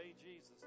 Jesus